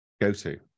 go-to